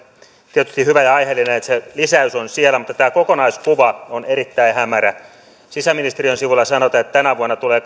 tietysti hyvä ja aiheellinen että se lisäys on siellä mutta tämä kokonaiskuva on erittäin hämärä sisäministeriön sivulla sanotaan että tänä vuonna tulee